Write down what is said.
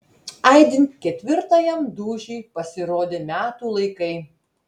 aidint ketvirtajam dūžiui pasirodė metų laikai